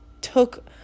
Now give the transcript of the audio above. took